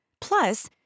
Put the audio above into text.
Plus